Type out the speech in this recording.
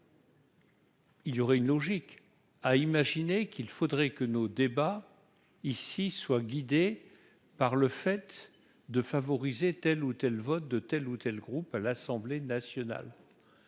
Il y aurait une logique à imaginer qu'il faudrait que nos débats ici soit guidé par le fait de favoriser telle ou telle vote de tels ou tels groupes à l'Assemblée nationale,